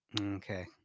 Okay